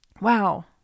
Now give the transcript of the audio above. wow